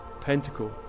pentacle